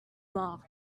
mark